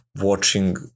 watching